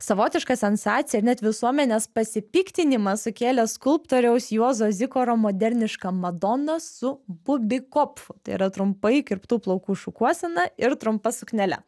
savotiška sensacija net visuomenės pasipiktinimą sukėlė skulptoriaus juozo zikaro moderniška madona su bubikopfu tai yra trumpai kirptų plaukų šukuosena ir trumpa suknele